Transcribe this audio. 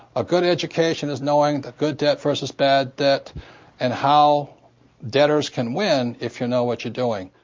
a good education is knowing the good debt versus bad debt and how debtors can win, if you know what you're doing.